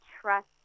trust